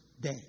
day